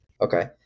okay